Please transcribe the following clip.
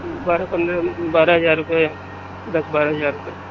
بارہ پندرہ بارہ ہزار روپے دس بارہ ہزار روپے